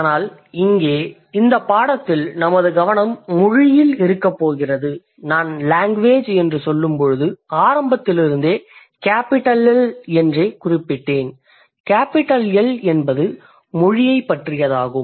ஆனால் இங்கே இந்தப் பாடத்தில் நமது கவனம் மொழியில் இருக்கப் போகிறது நான் லேங்குவேஜ் என்று சொல்லும்போது ஆரம்பத்திலிருந்தே 'கேபிடல் எல்' என்றே குறிப்பிட்டேன் கேபிடல் எல் என்பது மொழியைப் பற்றியதாகும்